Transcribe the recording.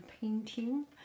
painting